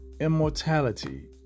immortality